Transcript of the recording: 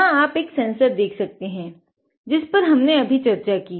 यहाँ आप एक सेंसर देख सकते हैं जिस पर हमने अभी चर्चा की